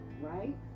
right